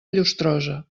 llustrosa